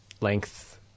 length